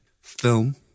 film